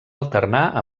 alternar